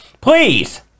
Please